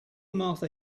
martha